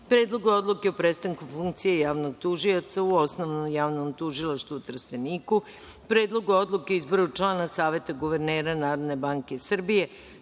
Predlogu odluke o prestanku funkcije javnog tužioca u Osnovnom javnom tužilaštvu u Trsteniku, Predlogu odluke o izboru člana Saveta guvernera Narodne banke Srbije,